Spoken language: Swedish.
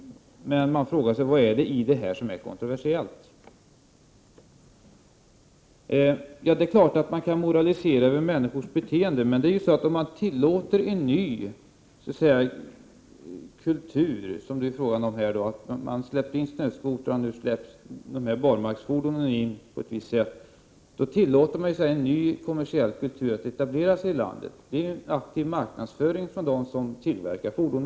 Men man frågar sig fortfarande vad som är så kontroversiellt. Det är klart att man kan moralisera över människors beteende. Men när man släpper in snöskotrar och nu också barmarksfordon, då kan man säga att man tillåter en ny kommersiell kultur att etablera sig. Det finns en aktiv marknadsföring från dem som tillverkar dessa fordon.